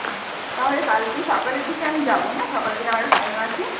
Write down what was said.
আচ্ছা তাহলে কালকে সকালের দিকে আমি যাবো হ্যাঁ সকালের দিকে আমার একটু টাইম আছে